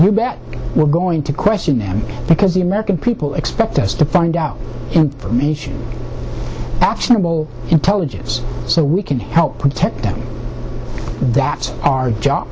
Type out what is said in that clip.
them we're going to question them because the american people expect us to find out information actionable intelligence so we can help protect them that's our job